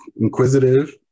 inquisitive